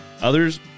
Others